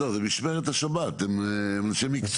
לא, זו משמרת השבת, הם אנשי מקצוע.